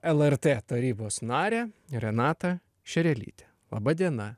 lrt tarybos narę renatą šerelytę laba diena